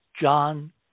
John